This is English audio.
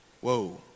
Whoa